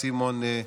סימון,